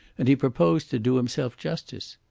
and he proposed to do himself justice.